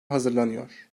hazırlanıyor